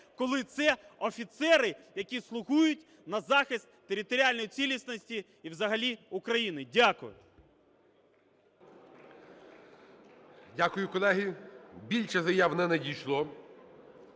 коли це офіцери, які слугують на захист територіальної цілісності і взагалі України. Дякую. ГОЛОВУЮЧИЙ. Дякую, колеги. Більше заяв не надійшло,